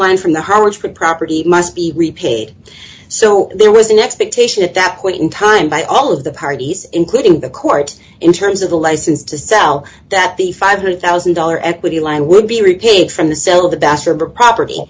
line from the horrors for property must be repaid so there was an expectation at that point in time by all of the parties including the court in terms of the license to sell that the five hundred thousand dollars equity line would be repaid from the sale of the bass or property